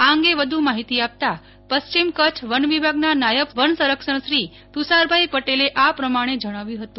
આ અંગે વધુ માહિતી આપતા પશ્ચિમ કચ્છ વન વિભાગના નાયબ વનસંરક્ષક શ્રી તુષારભાઈ પટેલે આ પ્રમાણે જણાવ્યું હતું